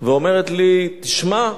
ואומרת לי: תשמע,